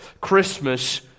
Christmas